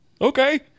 Okay